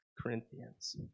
Corinthians